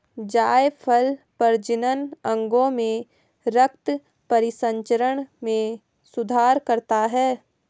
जायफल प्रजनन अंगों में रक्त परिसंचरण में सुधार करता है